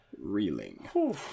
reeling